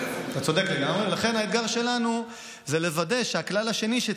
אין לו את הפלאפון בכלל.